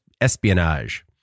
espionage